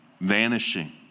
vanishing